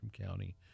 County